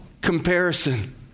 comparison